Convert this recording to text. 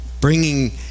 bringing